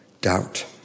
doubt